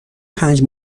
پنج